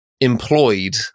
employed